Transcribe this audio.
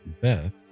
Beth